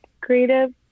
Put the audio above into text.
creative